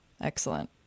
Excellent